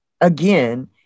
again